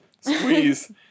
squeeze